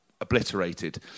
obliterated